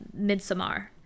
Midsommar